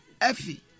Effie